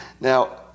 Now